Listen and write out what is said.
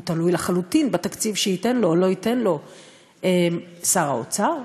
הוא תלוי לחלוטין בתקציב שייתן או לא ייתן לו שר האוצר,